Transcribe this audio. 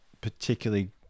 particularly